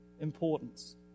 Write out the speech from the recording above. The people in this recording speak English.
importance